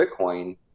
Bitcoin